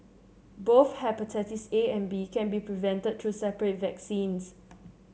both hepatitis A and B can be prevented through separate vaccines